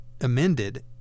amended